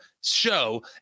show